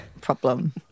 problem